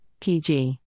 PG